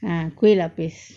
ah kueh lapis